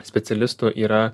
specialistų yra